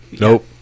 Nope